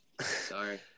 Sorry